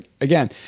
again